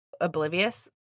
oblivious